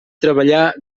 treballar